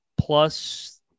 plus